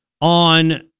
on